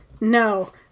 No